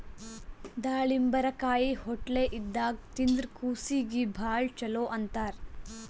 ದಾಳಿಂಬರಕಾಯಿ ಹೊಟ್ಲೆ ಇದ್ದಾಗ್ ತಿಂದ್ರ್ ಕೂಸೀಗಿ ಭಾಳ್ ಛಲೋ ಅಂತಾರ್